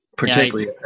Particularly